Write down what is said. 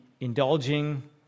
indulging